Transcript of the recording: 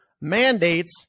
mandates